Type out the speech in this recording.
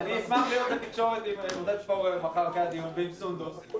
אשמח להיות בקשר עם עודד פורר מחר אחרי הדיון ועם סונדוס סאלח.